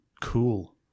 cool